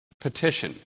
Petition